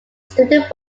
student